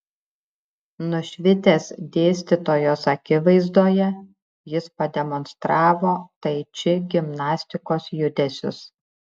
nušvitęs dėstytojos akivaizdoje jis pademonstravo tai či gimnastikos judesius